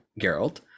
Geralt